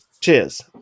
cheers